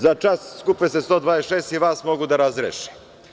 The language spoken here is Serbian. Za čas, skupe se 126 i vas mogu da razreše.